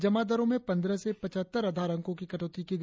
जमा दरों में पंद्रह से पचहत्तर आधार अंकों की कटौती की गई है